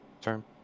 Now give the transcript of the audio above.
term